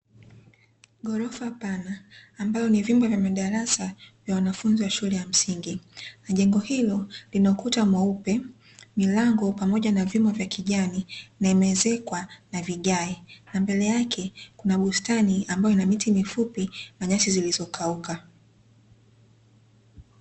Ghorofa pana ambalo ni vyumba vya madarasa ya wanafunzi wa shule ya msingi, na jengo hilo lina ukuta mweupe, milango, pamoja na vyuma vya kijani, na imeezekwa na vigae, na mbele yake kuna bustani ambayo ina miti mifupi na nyasi zilizokauka.